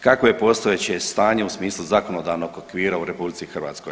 Kakvo je postojeće stanje u smislu zakonodavnog okvira u RH?